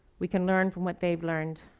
we can learn from what they've learned.